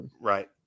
Right